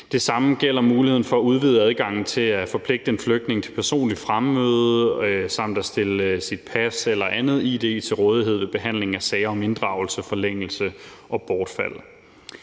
Det samme gælder muligheden for at udvide adgangen til at forpligte en flygtning til personligt fremmøde samt at stille sit pas eller andet id til rådighed ved behandlingen af sager om inddragelse, forlængelse og bortfald.